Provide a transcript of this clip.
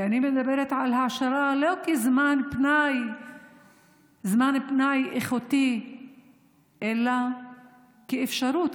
ואני מדברת על העשרה לא כזמן פנאי איכותי אלא כאפשרות,